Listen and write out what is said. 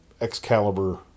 Excalibur